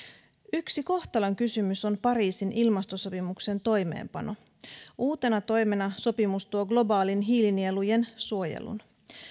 yksi kohtalonkysymys on pariisin ilmastosopimuksen toimeenpano uutena toimena sopimus tuo globaalin hiilinielujen suojelun